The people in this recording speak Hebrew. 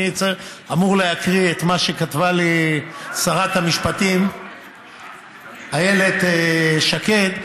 אני אמור להקריא את מה שכתבה לי שרת המשפטים איילת שקד.